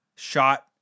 shot